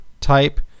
type